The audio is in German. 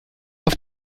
auf